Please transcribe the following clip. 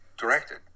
directed